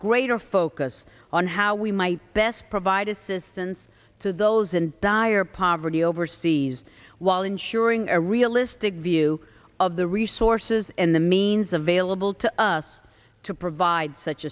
greater focus on how we might best provide assistance to those in dire poverty overseas while ensuring a realistic view of the resources and the means available to us to provide such